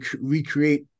recreate